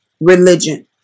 religion